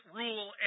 rule